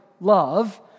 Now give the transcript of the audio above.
love